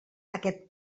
aquest